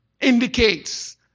indicates